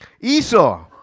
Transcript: Esau